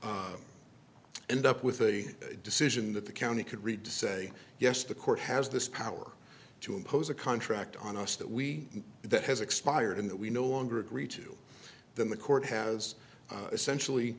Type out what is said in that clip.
end up with a decision that the county could read to say yes the court has the power to impose a contract on us that we that has expired and that we no longer agree to them the court has essentially